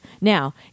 Now